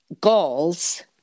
goals